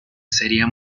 sería